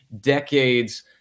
decades